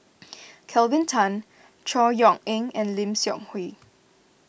Kelvin Tan Chor Yeok Eng and Lim Seok Hui